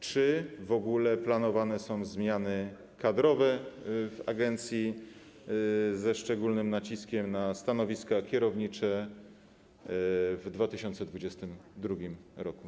Czy w ogóle planowane są zmiany kadrowe w agencji, ze szczególnym naciskiem na stanowiska kierownicze, w 2022 r.